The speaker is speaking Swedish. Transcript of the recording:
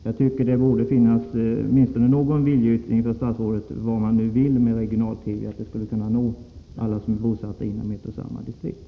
Jag tycker det borde finnas åtminstone någon viljeyttring från statsrådet om att man med regional-TV skall nå alla dem som är bosatta inom ett och samma distrikt.